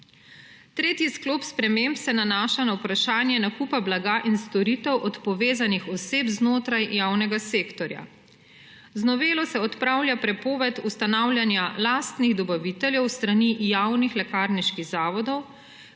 Tretji sklop sprememb se nanaša na vprašanje nakupa blaga in storitev od povezanih oseb znotraj javnega sektorja. Z novelo se odpravlja prepoved ustanavljanja lastnih dobaviteljev s strani javnih lekarniških zavodov,